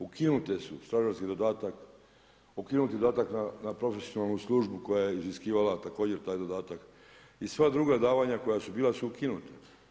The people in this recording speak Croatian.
Ukinute su stražarski dodatak, ukinut je dodatak na profesionalnu službu koja je iziskivala također taj dodatak i sva druga davanja koja su bila su ukinuta.